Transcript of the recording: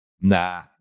nah